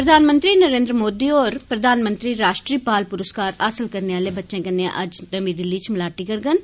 प्रधानमंत्री नरेन्द्र मोदी होर प्रधानमंत्री राष्ट्री बाल पुरस्कार हासल करने आहले बच्चें कन्नै अज्ज नमीं दिल्ली च मलाटी करङन